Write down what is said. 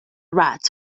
rats